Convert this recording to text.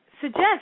suggest